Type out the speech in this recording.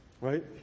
right